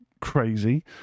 crazy